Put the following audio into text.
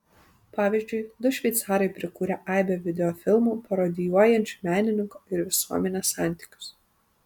pavyzdžiui du šveicarai prikūrę aibę videofilmų parodijuojančių menininko ir visuomenės santykius